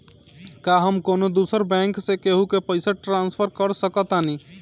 का हम कौनो दूसर बैंक से केहू के पैसा ट्रांसफर कर सकतानी?